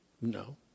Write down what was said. No